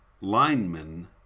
lineman